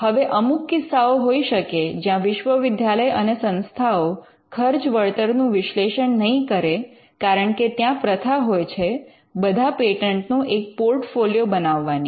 હવે અમુક કિસ્સાઓ હોઈ શકે જ્યાં વિશ્વવિદ્યાલય અને સંસ્થાઓ ખર્ચ વળતર નું વિશ્લેષણ નહીં કરે કારણ કે ત્યાં પ્રથા હોય છે બધા પેટન્ટનો એક પૉર્ટફોલિઓ બનાવવાની